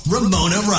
Ramona